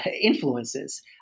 influences